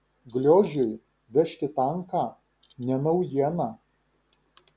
gliožiui vežti tanką ne naujiena